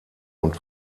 und